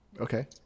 Okay